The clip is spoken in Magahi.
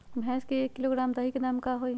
भैस के एक किलोग्राम दही के दाम का होई?